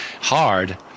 hard